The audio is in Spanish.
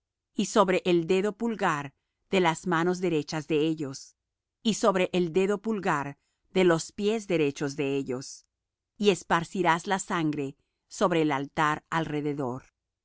y sobre el dedo pulgar de las manos derechas de ellos y sobre el dedo pulgar de los pies derechos de ellos y esparcirás la sangre sobre el altar alrededor